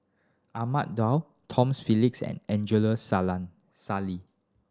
Ahmad Daud Tom Phillips and Angela Sally